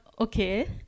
okay